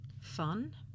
fun